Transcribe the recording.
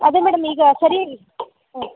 ಅದೇ ಮೇಡಮ್ ಈಗ ಸರಿಯಾಗಿ ಹ್ಞೂ